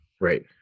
Right